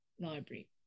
library